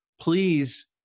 please